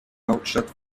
hauptstadt